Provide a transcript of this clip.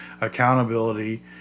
accountability